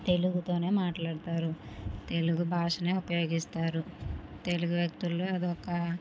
తెలుగుతోనే మాట్లాడుతారు తెలుగు భాషనే ఉపయోగిస్తారు తెలుగు వ్యక్తుల్లో అది ఒక